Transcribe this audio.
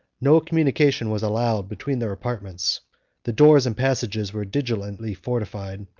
no communication was allowed between their apartments the doors and passages were diligently fortified,